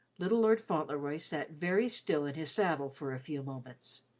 little lord fauntleroy sat very still in his saddle for a few moments.